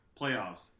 playoffs